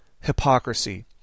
hypocrisy